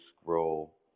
scroll